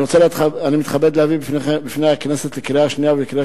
אני מתכבד להביא בפני הכנסת לקריאה שנייה ולקריאה